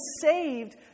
saved